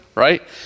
right